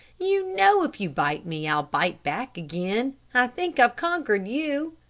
you know if you bite me, i'll bite back again. i think i've conquered you,